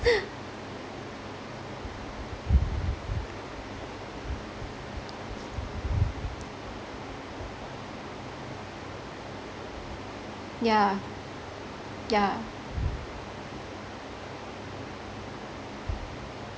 yeah yeah